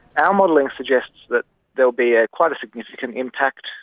our modelling suggests that there will be ah quite a significant impact.